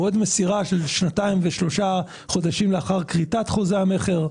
מועד מסירה של שנתיים ושלושה חודשים לאחר כריתת חוזה המכר,